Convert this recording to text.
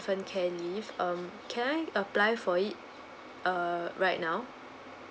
infant care leave um can I apply for it err right now